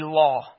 law